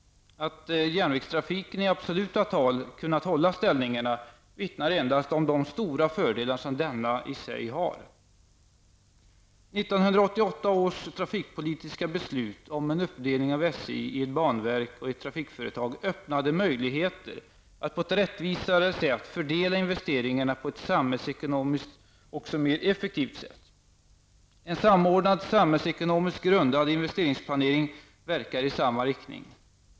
Att järnvägstrafiken i absoluta tal kunnat hålla ställningarna vittnar endast om de stora fördelar som denna i sig har. SJ i ett banverk och ett trafikföretag öppnade möjligheter att på ett rättvisare sätt fördela investeringarna på ett samhällsekonomiskt mer effektivt sätt. En samordnad samhällsekonomiskt grundad investeringsplanering verkar i samma riktning.